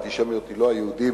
האנטישמיות היא לא נגד היהודים,